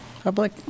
Public